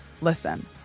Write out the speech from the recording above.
Listen